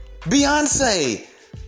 Beyonce